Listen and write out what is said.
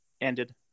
ended